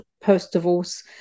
post-divorce